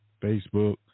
Facebook